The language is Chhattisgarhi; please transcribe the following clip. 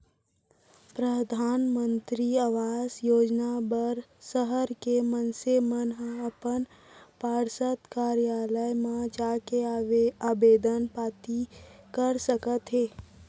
परधानमंतरी आवास योजना बर सहर के मनसे मन ह अपन पार्षद कारयालय म जाके आबेदन पाती कर सकत हे